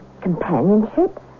companionship